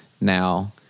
Now